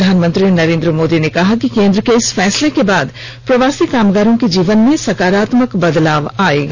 प्रधानमंत्री नरेंद्र मोदी ने कहा कि केंद्र के इस फैसले के बाद प्रवासी कामगारों के जीवन में सकारात्मक बदलाव आयेगा